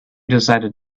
decided